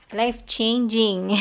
life-changing